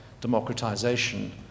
democratization